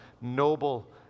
noble